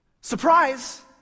Surprise